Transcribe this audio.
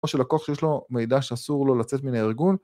או שלקוח שיש לו מידע שאסור לו לצאת מן הארגון.